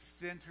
center